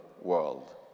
world